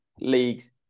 leagues